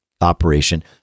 operation